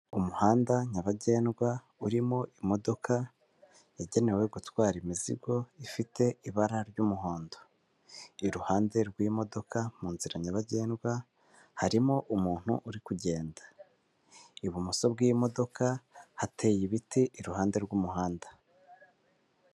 Umuhanda nyabagendwa, urimo imodoka, yagenewe gutwara imizigo, ifite ibara ry'umuhondo. Iruhande rw'imodoka munzira nyabagendwa, harimo umuntu uri kugenda. Ibumoso bw'imodoka, hateye ibiti iruhande rw'umuhanda.